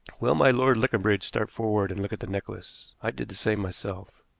well might lord leconbridge start forward and look at the necklace. i did the same myself.